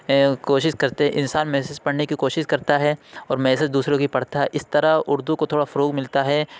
کوشش کرتے انسان میسیج پڑھنے کی کوشش کرتا ہے اور میسیج دوسروں کی پڑھتا ہے اِس طرح اُردو کو تھوڑا فروغ ملتا ہے